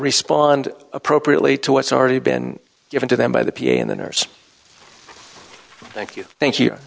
respond appropriately to what's already been given to them by the pm the nurse thank you thank you